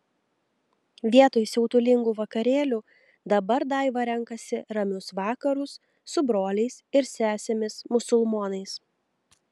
vietoj siautulingų vakarėlių dabar daiva renkasi ramius vakarus su broliais ir sesėmis musulmonais